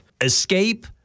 escape